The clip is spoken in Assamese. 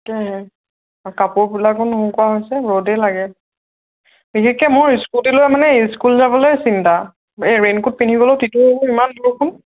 তাকেহে কাপোৰবিলাকো নোশোকোৱা হৈছে ৰ'দেই লাগে বিশেষকে মোৰ ইস্কুটিলৈ মানে ইস্কুল যাবলৈ চিন্তা এই ৰেইনকোট পিন্ধিবলৈও তিতো আকৌ ইমান বৰষুণ